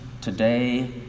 today